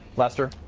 lester?